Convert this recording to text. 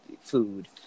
food